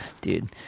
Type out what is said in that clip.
Dude